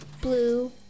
Blue